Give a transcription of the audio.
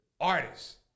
artists